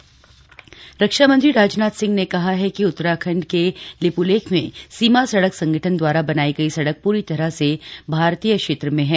राजनाथ सिंह रक्षा मंत्री राजनाथ सिंह ने कहा है कि उत्तराखंड के लिप्लेख में सीमा सड़क संगठन दवारा बनाई गई सड़क प्री तरह से भारतीय क्षेत्र में है